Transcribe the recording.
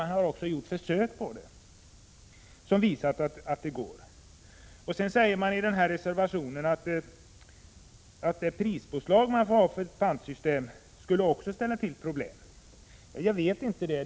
Man har gjort försök som visar att det går. Sedan sägs det i reservationen att det prispåslag som erfordras i ett pantsystem också skulle ställa till problem. Jag vet inte det.